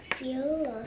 feel